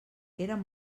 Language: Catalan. érem